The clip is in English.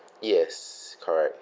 yes correct